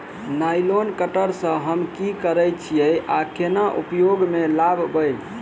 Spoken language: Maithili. नाइलोन कटर सँ हम की करै छीयै आ केना उपयोग म लाबबै?